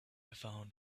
found